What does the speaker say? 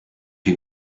you